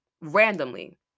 randomly